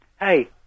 Hey